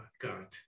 God